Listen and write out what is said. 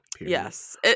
Yes